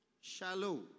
Shallow